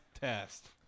test